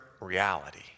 reality